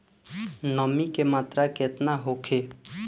नमी के मात्रा केतना होखे?